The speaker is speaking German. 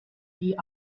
die